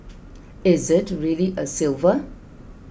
is it really a silver